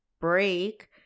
break